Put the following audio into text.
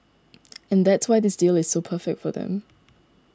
and that's why this deal is so perfect for them